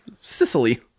Sicily